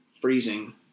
freezing